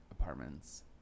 apartments